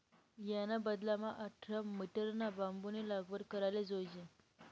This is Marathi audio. याना बदलामा आठरा मीटरना बांबूनी लागवड कराले जोयजे